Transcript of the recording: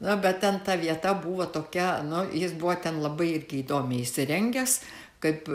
nu bet ten ta vieta buvo tokia nu jis buvo ten labai irgi įdomiai įsirengęs kaip